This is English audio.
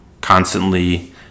constantly